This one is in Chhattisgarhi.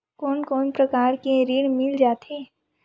कोन कोन प्रकार के ऋण मिल जाथे?